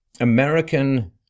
American